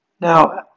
Now